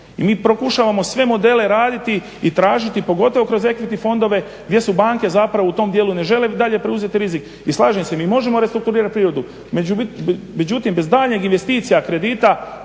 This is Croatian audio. Mi pokušavamo sve modele raditi i tražiti pogotovo kroz equity fondove gdje su banke u tom dijelu ne žele dalje preuzeti rizik. I slažem se mi možemo restrukturirati privredu međutim bez daljnjih investicija kredita